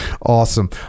Awesome